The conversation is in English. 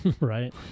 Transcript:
right